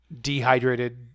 dehydrated